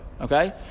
Okay